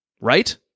Right